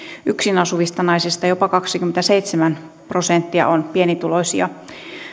yksinasuvista naisista jopa kaksikymmentäseitsemän prosenttia on pienituloisia